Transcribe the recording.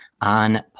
on